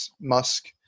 Musk